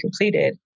completed